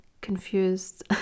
confused